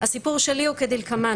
הסיפור שלי הוא כדלקמן.